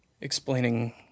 explaining